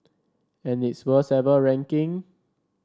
and its worst ever ranking